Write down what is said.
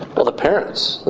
well, the parents.